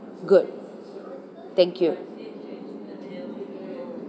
good thank you